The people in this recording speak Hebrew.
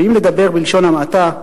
ואם לדבר בלשון המעטה,